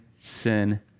sin